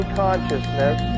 consciousness